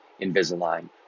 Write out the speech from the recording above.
Invisalign